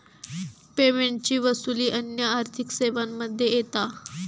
पेमेंटची वसूली अन्य आर्थिक सेवांमध्ये येता